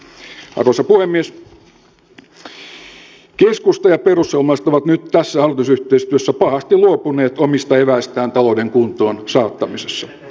keskusta ja perussuomalaiset ovat nyt tässä hallitusyhteistyössä pahasti luopuneet omista eväistään talouden kuntoonsaattamisessa